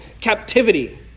captivity